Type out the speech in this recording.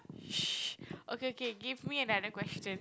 sh~ okay okay give me another question